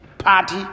party